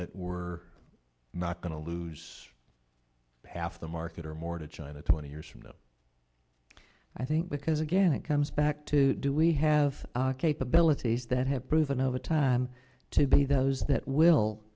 that we're not going to lose pass the market or more to china twenty years from now i think because again it comes back to do we have capabilities that have proven over time to be those that will